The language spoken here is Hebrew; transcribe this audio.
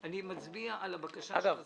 אני מצביע על הבקשה של השרים.